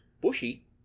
Bushy